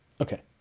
Okay